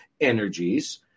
energies